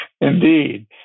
Indeed